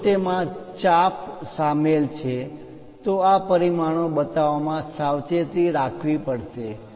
જો તેમાં ચાપ arc આર્ક વર્તુળનો ભાગ શામેલ છે તો આ પરિમાણો બતાવવામાં સાવચેતી રાખવી પડશે